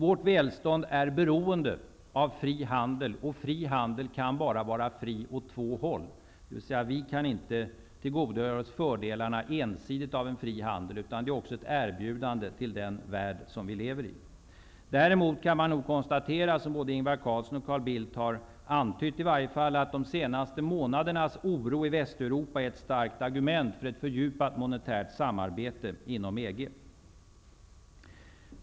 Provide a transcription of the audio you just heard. Vårt välstånd är beroende av fri handel, och fri handel kan bara vara fri åt två håll -- dvs. vi kan inte ensidigt tillgodogöra oss fördelarna av en fri handel, utan det är också fråga om ett erbjudande till den värld som vi lever i. Däremot kan man nog konstatera -- som både Ingvar Carlsson och Carl Bildt i varje fall har antytt -- att de senaste månadernas oro i Västeuropa är ett starkt argument för ett fördjupat monetärt samarbete inom EG.